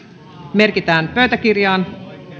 merkitään pöytäkirjaan